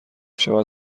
شود